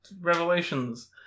revelations